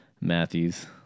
Matthews